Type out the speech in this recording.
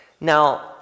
Now